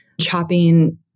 Chopping